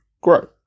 grow